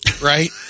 right